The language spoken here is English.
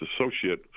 associate